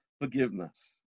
forgiveness